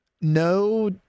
No